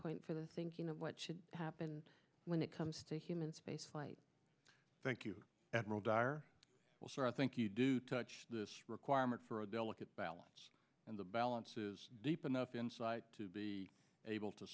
point for the thinking of what should happen when it comes to human spaceflight thank you admiral dire well sir i think you do touch this requirement for a delicate balance and the balance is deep enough insight to be able to